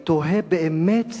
אני תוהה באמת